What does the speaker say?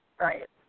right